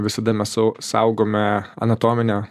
visada mes su saugome anatominę